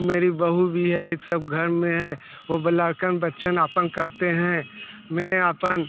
और मेरी बहू भी है सब घर में है वो भी लड़कन बच्चन अपन करते हैं मैं अपन